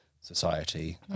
society